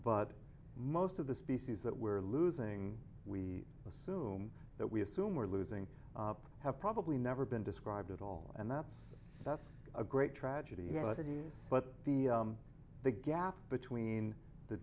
but most of the species that we're losing we assume that we assume we're losing have probably never been described at all and that's that's a great tragedy what it is but the gap between the